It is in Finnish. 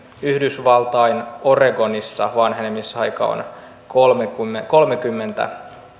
yhdysvaltain oregonissa vanhenemisaika on kolmekymmentä